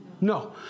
No